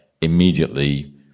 immediately